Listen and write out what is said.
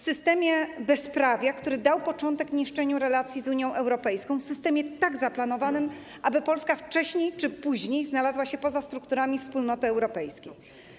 Systemie bezprawia, który dał początek niszczeniu relacji z Unią Europejską, systemie tak zaplanowanym, aby Polska wcześniej czy później znalazła się poza strukturami Wspólnoty Europejskiej.